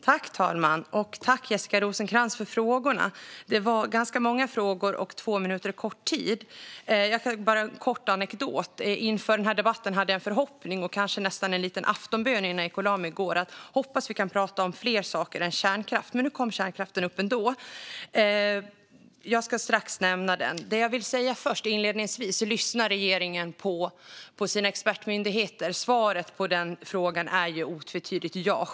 Herr talman! Jag tackar Jessica Rosencrantz för frågorna. Det var ganska många frågor, och två minuter är kort tid. Bara som en kort anekdot: Inför den här debatten hade jag en förhoppning, och kanske nästan en liten aftonbön innan jag gick och lade mig i går, om att vi skulle kunna prata om fler saker än kärnkraft. Nu kom kärnkraften upp ändå. Jag ska strax nämna den. Inledningsvis: Lyssnar regeringen på sina expertmyndigheter? Svaret på den frågan är otvetydigt ja.